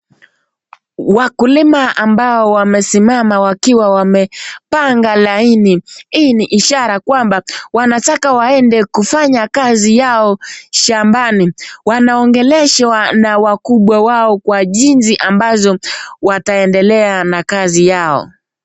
Wakulima ambao wamesimama wakiwa wamepanga laini. Hii ni ishara kwamba wanataka waende kufanya kazi yao shambani. Wanaongeleshwa na wakubwa wao kwa jinsi ambazo wataendelea na kazi yao.